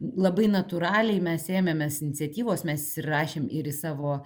labai natūraliai mes ėmėmės iniciatyvos mes ir rašėm ir į savo